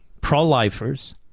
pro-lifers